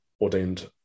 ordained